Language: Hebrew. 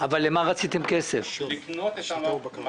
לגבי התיאום